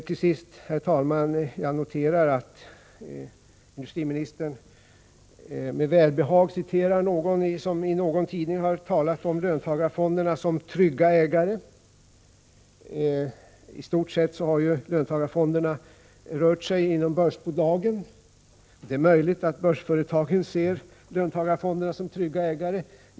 Till sist, herr talman, noterar jag att industriministern med välbehag citerar någon som i någon tidning har talat om löntagarfonderna som trygga ägare. I stort sett har ju löntagarfonderna rört sig inom börsbolagen. Det är möjligt att börsbolagen ser löntagarfonderna som trygga ägare.